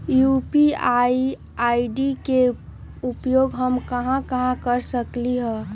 UPI ID के उपयोग हम कहां कहां कर सकली ह?